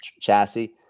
chassis